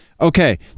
Okay